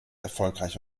erfolgreich